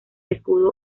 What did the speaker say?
escudo